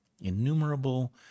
innumerable